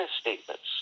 statements